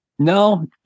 No